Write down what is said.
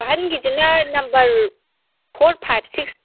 ꯑꯍꯟꯒꯤꯁꯤꯅ number four five six